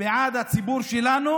בעד הציבור שלנו,